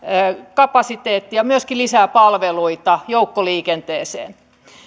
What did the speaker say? kapasiteettia ja myöskin lisää palveluita joukkoliikenteeseen